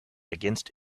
against